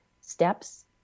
steps